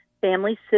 family